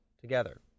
together